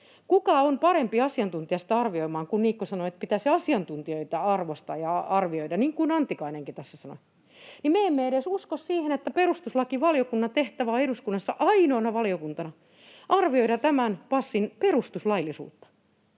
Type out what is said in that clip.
Kuka on parempi asiantuntija sitä arvioimaan — kun Niikko sanoi, että pitäisi asiantuntijoita arvostaa ja arvioida, niin kuin Antikainenkin tässä sanoi — kun me emme usko edes sitä, että perustuslakivaliokunnan tehtävä on eduskunnassa ainoana valiokuntana arvioida tämän passin perustuslaillisuutta?